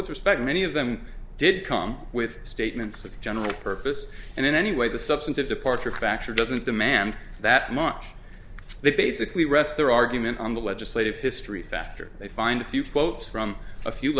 with respect many of them didn't come with statements of general purpose and in any way the substantive departure factor doesn't demand that much they basically rest their argument on the legislative history factor they find a few quotes from a few